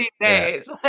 days